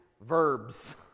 verbs